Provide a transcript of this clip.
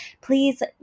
please